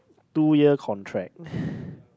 two year contract